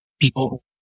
people